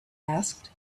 asked